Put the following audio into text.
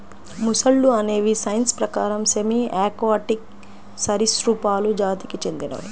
మొసళ్ళు అనేవి సైన్స్ ప్రకారం సెమీ ఆక్వాటిక్ సరీసృపాలు జాతికి చెందినవి